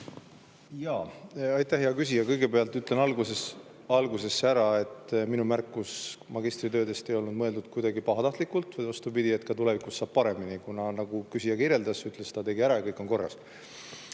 olla. Aitäh, hea küsija! Kõigepealt ütlen alguses ära, et minu märkus magistritöödest ei olnud mõeldud kuidagi pahatahtlikult, vastupidi, tulevikus saab paremini, nagu küsija kirjeldas ja ütles, et ta tegi ära ja kõik on korras.